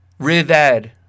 Rivad